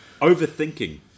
overthinking